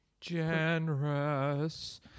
Generous